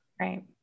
Right